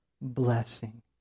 blessing